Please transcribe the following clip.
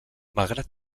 malgrat